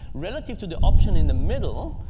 relative to the option in the middle,